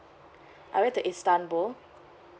I went to istanbul